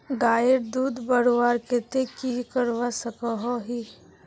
गायेर दूध बढ़वार केते की करवा सकोहो ही?